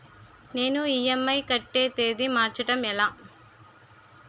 నేను ఇ.ఎం.ఐ కట్టే తేదీ మార్చడం ఎలా?